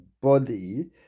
body